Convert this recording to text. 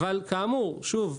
אבל כאמור שוב,